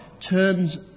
turns